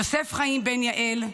יוסף חיים בן יעל,